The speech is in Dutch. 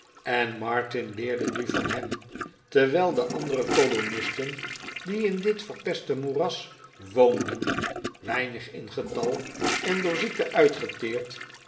en martin leerde nu van hem terwijl de andere kolonisten die in dit verpeste moeras woonden weinig in getal en door ziekte uitgeteerd